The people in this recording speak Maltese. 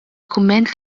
kumment